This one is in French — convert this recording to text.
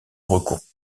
recours